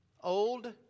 Old